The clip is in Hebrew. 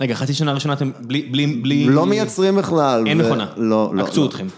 רגע, חצי שנה ראשונה אתם בלי... לא מייצרים בכלל. אין מכונה. לא, לא. עקצו אתכם.